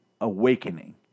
awakening